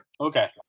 Okay